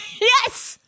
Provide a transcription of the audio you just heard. yes